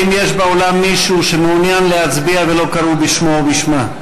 האם יש מישהו שמעוניין להצביע ולא קראו בשמו או בשמה?